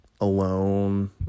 alone